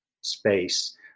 space